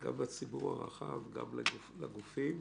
גם לציבור הרחב וגם לגופים.